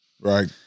Right